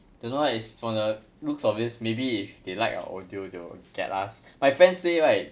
don't know what it's from the looks of this maybe if they liked our audio they will get us my friends say right